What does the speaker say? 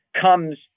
comes